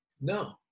No